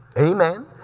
Amen